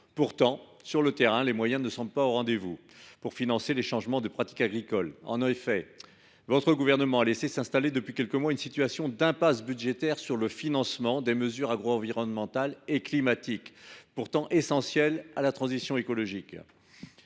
Pourtant, sur le terrain, les moyens ne semblent pas au rendez vous là où il s’agit de financer les changements de pratiques agricoles. En effet, madame la ministre, votre gouvernement a laissé s’installer, depuis quelques mois, une situation d’impasse budgétaire en matière de financement des mesures agroenvironnementales et climatiques, outils pourtant essentiels à la transition écologique.